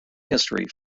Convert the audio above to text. history